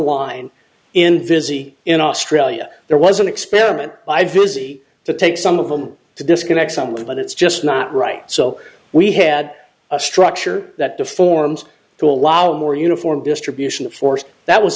line in busy in australia there was an experiment i do see to take some of them to disconnect somewhere but it's just not right so we had a structure that performs to allow more uniform distribution of force that was